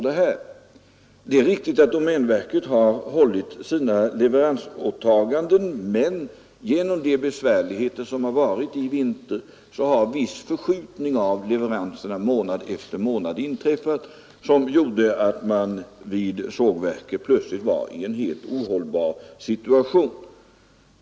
Det är riktigt att domänverket har hållit sina leveransåtaganden, men på grund av de besvärligheter som förekommit i vinter har en viss förskjutning av leveranserna månad efter månad inträffat. Detta gjorde att man vid sågverket helt plötsligt befann sig i en helt ohållbar situation.